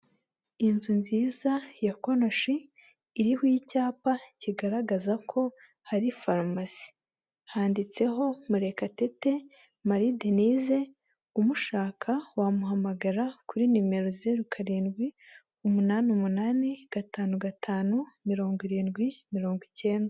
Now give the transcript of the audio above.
Inzu nziza ya konoshi, iriho icyapa kigaragaza ko hari farumasi. Handitseho Murekatete Marie Denise, umushaka wamuhamagara kuri numero zeru karindwi, umunani umunani, gatanu gatanu, mirongo irindwi, mirongo icyenda.